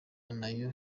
nayo